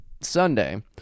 Sunday